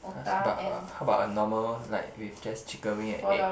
ask about uh how about a normal like with just chicken wing and egg